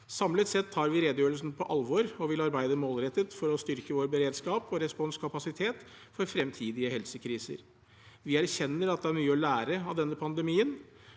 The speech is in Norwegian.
Samlet sett tar vi redegjørelsen på alvor og vil arbeide målrettet for å styrke vår beredskap og responskapasitet for fremtidige helsekriser. Vi erkjenner at det er mye å lære av denne pandemien,